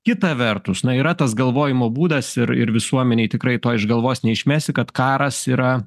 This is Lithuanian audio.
kita vertus na yra tas galvojimo būdas ir ir visuomenei tikrai to iš galvos neišmesi kad karas yra